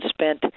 spent